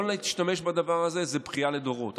לא להשתמש בדבר הזה, זה בכייה לדורות.